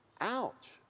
Ouch